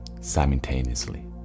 simultaneously